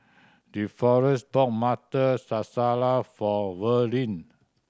Deforest bought Butter Masala for Verlin